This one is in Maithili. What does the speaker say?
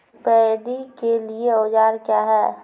पैडी के लिए औजार क्या हैं?